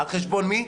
על חשבון מי?